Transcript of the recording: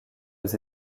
aux